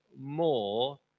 more